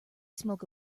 smoke